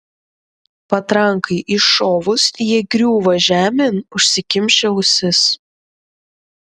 patrankai iššovus jie griūva žemėn užsikimšę ausis